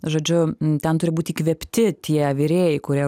žodžiu ten turi būt įkvėpti tie virėjai kurie